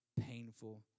painful